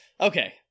Okay